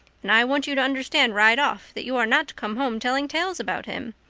and i want you to understand right off that you are not to come home telling tales about him.